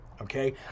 Okay